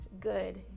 good